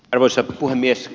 arvoisa puhemies